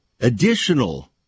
additional